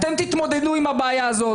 אתם תתמודדו עם הבעיה הזאת,